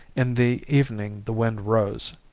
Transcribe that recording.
in the evening the wind rose.